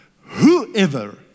Whoever